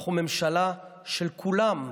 אנחנו ממשלה של כולם.